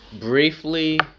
briefly